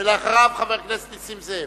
אחריו, חבר הכנסת נסים זאב.